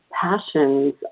passions